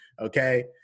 Okay